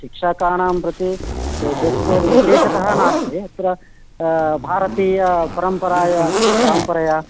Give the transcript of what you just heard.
शिक्षाकाणां प्रति ड्रेस्कोड् विशेषतः नास्ति अत्र भारतीयपरम्परया परम्परया